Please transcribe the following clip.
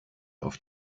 auf